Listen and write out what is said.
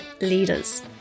leaders